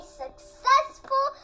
successful